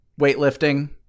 weightlifting